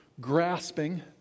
grasping